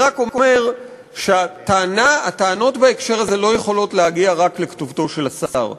אני רק אומר שהטענות בהקשר הזה לא יכולות להגיע רק לכתובתו של השר.